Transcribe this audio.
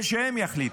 ושהם יחליטו.